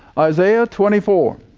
isaiah twenty four.